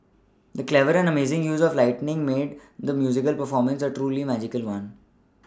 the clever and amazing use of lighting made the musical performance a truly magical one